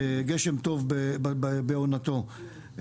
טוב בעונתו.